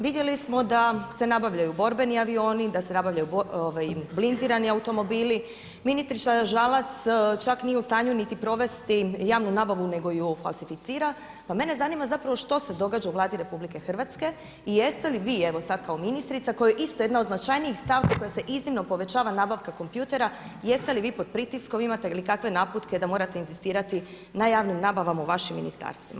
Vidjeli smo da se nabavljaju borbeni avioni, da su nabavljaju blindirani automobili, ministrica Žalac čak nije u stanju niti provesti javnu nabavu nego je falsificira, pa mene zanima zapravo što se događa u Vladi RH i jeste li vi evo sad kao ministrica koja je isto jedna od značajnijih stavki koja se iznimno povećava nabavka kompjutera, jeste li pod pritiskom, imate li kakve naputke da morate inzistirati na javnim nabavama u vašim ministarstvima?